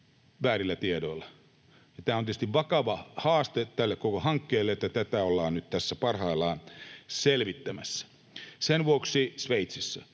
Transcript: väärillä tiedoilla. Ja tämä on tietysti vakava haaste tälle koko hankkeelle, että tätä ollaan nyt tässä parhaillaan selvittämässä — Sveitsissä.